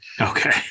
Okay